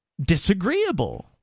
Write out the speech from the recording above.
disagreeable